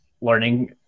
learning